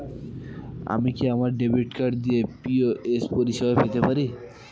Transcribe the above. আমি কি আমার ডেবিট কার্ড দিয়ে পি.ও.এস পরিষেবা পেতে পারি?